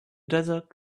desert